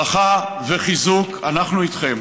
ברכה וחיזוק: אנחנו איתכם.